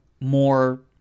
more